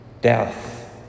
Death